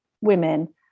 women